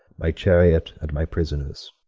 my chariot, and my prisoners,